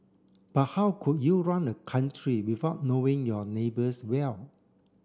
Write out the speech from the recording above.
but how could you run a country without knowing your neighbours well